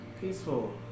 peaceful